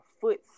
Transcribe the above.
foot